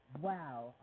Wow